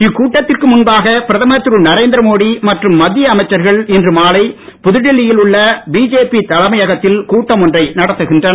இக்கூட்டத்திற்கு முன்பாக பிரதமர் திரு நரேந்திரமோடி மற்றும் மத்திய அமைச்சர்கள் இன்று மாலை புதுடெல்லியில் உள்ள பிஜேபி தலைமையகத்தில் கூட்டம் ஒன்றை நடத்துகின்றனர்